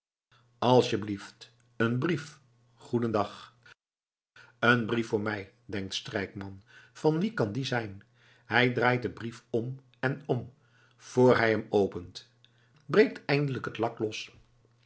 asjeblief een brief goeden dag een brief voor mij denkt strijkman van wien kan die zijn hij draait den brief om en om voor hij hem opent breekt eindelijk het lak los